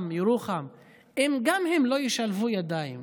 אם גם הם לא ישלבו ידיים